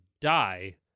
die